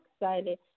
excited